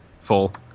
full